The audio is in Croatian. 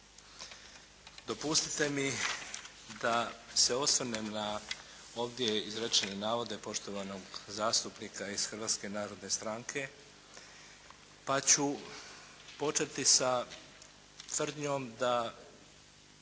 Dopustite da se osvrnem na ovdje izrečene navode poštovanog zastupnika iz Hrvatske narodne stranke, pa ću početi sa tvrdnjom da